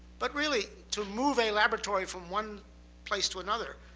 but really, to move a laboratory from one place to another,